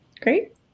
Great